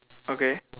okay